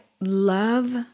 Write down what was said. Love